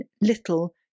little